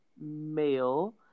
male